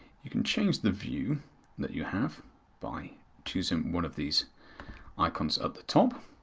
you can change the view that you have by choosing one of these icons at the top,